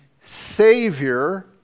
Savior